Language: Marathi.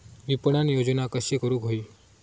विपणन योजना कशी करुक होई?